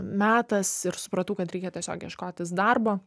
metas ir supratau kad reikia tiesiog ieškotis darbo